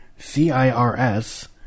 CIRS